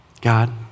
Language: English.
God